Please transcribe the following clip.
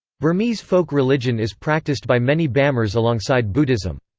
burmese folk religion is practiced by many bamars alongside buddhism.